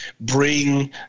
bring